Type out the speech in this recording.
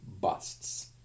busts